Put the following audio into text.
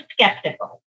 skeptical